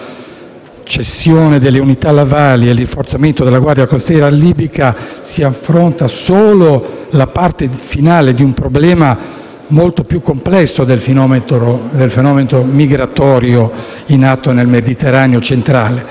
cessione delle unità navali e il rafforzamento della Guardia costiera libica si affronta solo la parte finale di un problema molto più complesso del fenomeno migratorio in atto nel Mediterraneo centrale.